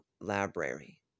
library